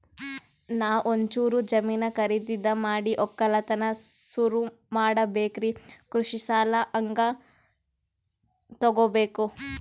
ನಾ ಒಂಚೂರು ಜಮೀನ ಖರೀದಿದ ಮಾಡಿ ಒಕ್ಕಲತನ ಸುರು ಮಾಡ ಬೇಕ್ರಿ, ಕೃಷಿ ಸಾಲ ಹಂಗ ತೊಗೊಬೇಕು?